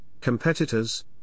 competitors